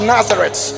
Nazareth